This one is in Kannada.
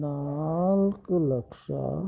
ನಾಲ್ಕು ಲಕ್ಷ